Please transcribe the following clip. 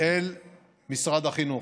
אל משרד החינוך.